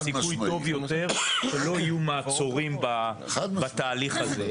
הסיכוי טוב יותר שלא יהיו מעצורים בתהליך הזה.